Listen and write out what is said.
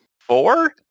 four